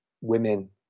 women